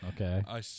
Okay